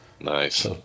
Nice